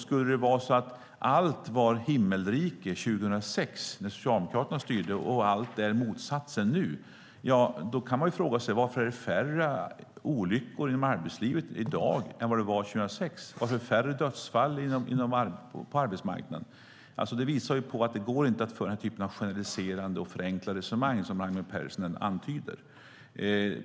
Skulle det vara så att allt var himmelrike 2006 när Socialdemokraterna styrde och allt är motsatsen nu kan man fråga sig: Varför är det färre olyckor inom arbetslivet i dag än det var 2006? Varför är det färre dödsfall på arbetsmarknaden? Det visar på att det inte går att föra den typ av förenklade resonemang som Raimo Pärssinen antyder.